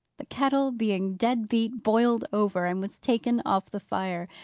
the kettle, being dead beat, boiled over, and was taken off the fire.